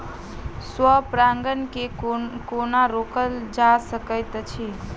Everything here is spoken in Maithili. स्व परागण केँ कोना रोकल जा सकैत अछि?